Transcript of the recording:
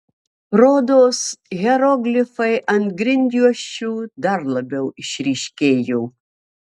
rodos hieroglifai ant grindjuosčių dar labiau išryškėjo